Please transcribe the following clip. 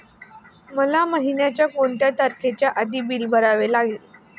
मला महिन्याचा कोणत्या तारखेच्या आधी बिल भरावे लागेल?